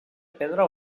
pedra